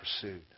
pursued